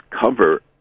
cover